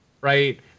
right